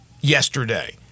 yesterday